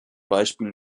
beispiel